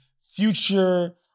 future